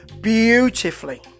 beautifully